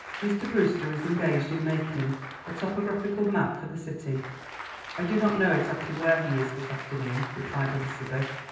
mr. brewster is engaged in making a topographical map for the city i do not know exactly where he is this afternoon, replied elizabeth,